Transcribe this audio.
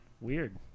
Weird